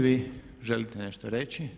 Vi želite nešto reći.